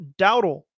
Dowdle